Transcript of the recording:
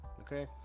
okay